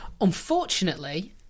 unfortunately